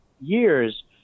years